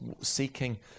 seeking